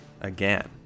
again